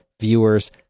viewers